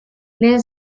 lehen